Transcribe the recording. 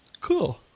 Cool